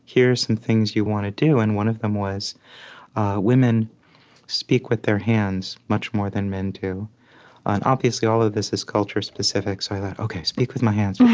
here are some things you want to do. and one of them was women speak with their hands much more than men do and obviously, all of this is culture specific. so i thought, ok, speak with my hands.